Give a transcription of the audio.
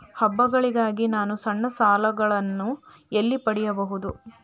ಹಬ್ಬಗಳಿಗಾಗಿ ನಾನು ಸಣ್ಣ ಸಾಲಗಳನ್ನು ಎಲ್ಲಿ ಪಡೆಯಬಹುದು?